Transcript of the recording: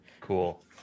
Cool